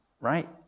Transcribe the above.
right